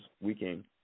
weekend